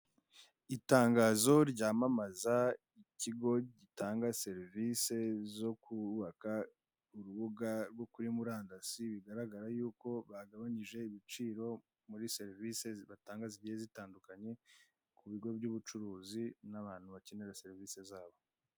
Itangazo ryamamaza ikigo gitanga serivise zo kubaka urubuga rwo kuri murandasi rugaragaza yuko bagabanyije ibiciro muri serivise batanga zigiye zitandukanye, ku bigo by'ubucuruzi, n'abantu bakenera serivise zabo.